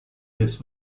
this